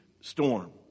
storm